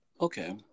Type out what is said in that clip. Okay